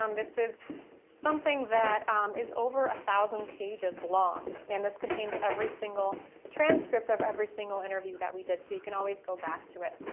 um this is something that is over one ah thousand pages long and this contains every single transcript of every single interview that we did so you can always go back to it.